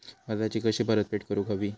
कर्जाची कशी परतफेड करूक हवी?